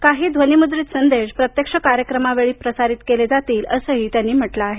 काही ध्वनिमुद्रित संदेश प्रत्यक्ष कार्यक्रमा वेळी प्रसारित केले जातील असंही त्यांनी म्हटलं आहे